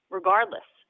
regardless